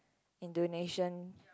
in donation